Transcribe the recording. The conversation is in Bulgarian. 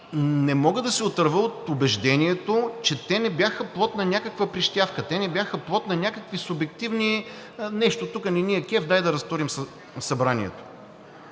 не мога да се отърва от убеждението, че те не бяха плод на някаква прищявка, те не бяха плод на някакви субективни – нещо тук не ни е кеф, дай да разтурим Събранието.